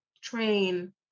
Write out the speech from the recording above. train